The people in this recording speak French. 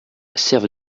serve